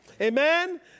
Amen